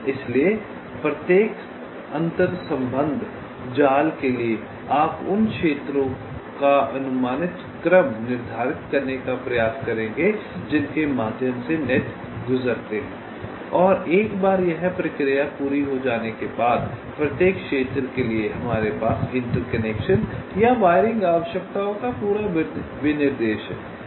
इसलिए प्रत्येक अंतर्संबंध जाल के लिए आप उन क्षेत्रों का अनुमानित क्रम निर्धारित करने का प्रयास करेंगे जिनके माध्यम से नेट गुजरते हैं और एक बार यह प्रक्रिया पूरी हो जाने के बाद प्रत्येक क्षेत्र के लिए हमारे पास इंटरकनेक्शन या वायरिंग आवश्यकताओं का पूरा विनिर्देश है